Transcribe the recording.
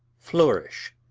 flourish.